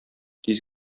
тиз